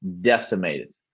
decimated